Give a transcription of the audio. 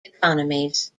economies